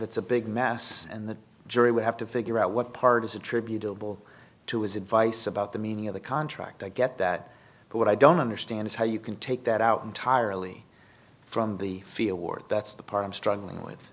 it's a big mess and the jury will have to figure out what part is attributable to his advice about the meaning of the contract i get that but what i don't understand is how you can take that out entirely from the fia war that's the part i'm struggling with